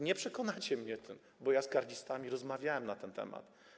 Nie przekonacie mnie o tym, bo ja z karnistami rozmawiałem na ten temat.